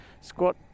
squat